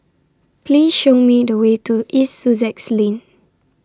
Please Show Me The Way to East Sussex Lane